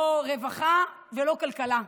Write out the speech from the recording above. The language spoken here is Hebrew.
לא רווחה ולא כלכלה.